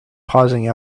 pausing